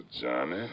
Johnny